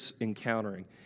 encountering